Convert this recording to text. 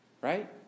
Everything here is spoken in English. right